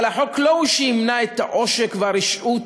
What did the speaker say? אבל החוק לא הוא שימנע את העושק והרשעות